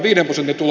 per yrittäjä